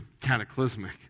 cataclysmic